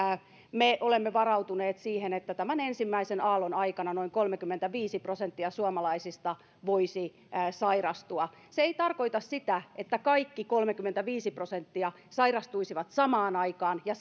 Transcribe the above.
me olemme varautuneet siihen että tämän ensimmäisen aallon aikana noin kolmekymmentäviisi prosenttia suomalaisista voisi sairastua se ei tarkoita sitä että kaikki kolmekymmentäviisi prosenttia sairastuisi samaan aikaan ja